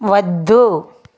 వద్దు